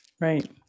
Right